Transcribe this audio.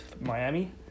Miami